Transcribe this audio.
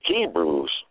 Hebrews